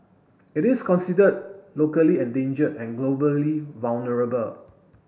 it is considered locally endangered and globally vulnerable